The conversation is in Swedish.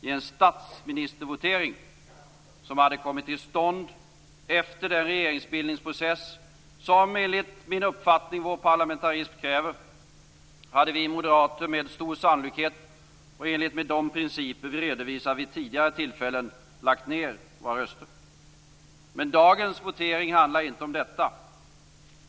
I en statsministervotering som hade kommit till stånd efter den regeringsbildningsprocess som enligt min uppfattning vår parlamentarism kräver hade vi moderater med stor sannolikhet, i enlighet med de principer vi redovisat vid tidigare tillfällen, lagt ned våra röster. Men dagens votering handlar inte om detta.